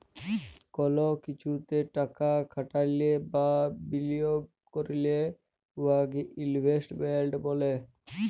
call কিছুতে টাকা খাটাইলে বা বিলিয়গ ক্যইরলে উয়াকে ইলভেস্টমেল্ট ব্যলে